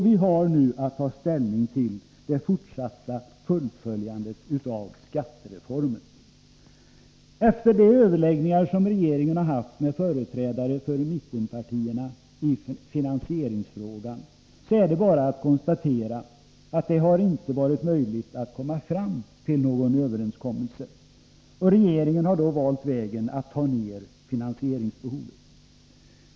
Vi har nu att ta ställning till det fortsatta fullföljandet av skattereformen. Efter de överläggningar som regeringen har haft med företrädare för mittenpartierna i finansieringsfrågan är det bara att konstatera, att det inte har varit möjligt att komma fram till någon överenskommelse. Regeringen har då valt vägen att minska finansieringsbehovet.